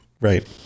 Right